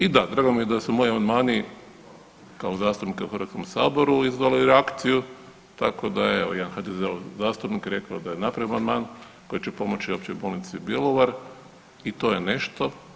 I da, drago mi je da su moji amandmani kao zastupnika u Hrvatskom saboru izazvali reakciju tako da je evo jedan HDZ-ov zastupnik rekao da je … [[ne razumije se]] amandman koji će pomoći Općoj bolnici Bjelovar i to je nešto.